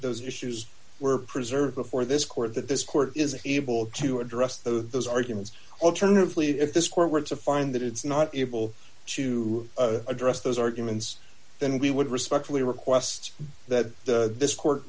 those issues were preserved before this court that this court is able to address those arguments alternatively if this court were to find that it is not able to address those arguments then we would respectfully request that this court